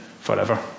forever